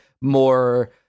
more